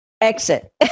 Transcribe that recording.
exit